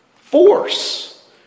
force